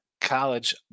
college